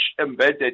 embedded